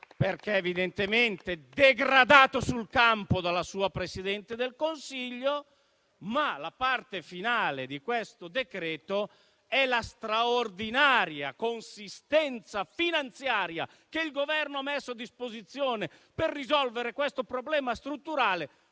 perché evidentemente degradato sul campo dalla sua Presidente del Consiglio. La parte finale del decreto-legge in esame è la straordinaria consistenza finanziaria che il Governo ha messo a disposizione per risolvere questo problema strutturale: